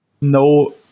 no